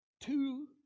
two